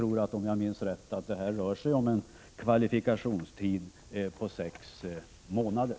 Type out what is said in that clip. Om jag minns rätt rör det sig här om en kvalifikationstid på sex månader.